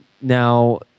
Now